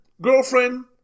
girlfriend